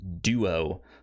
duo